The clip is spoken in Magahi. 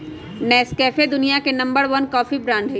नेस्कैफे दुनिया के नंबर वन कॉफी ब्रांड हई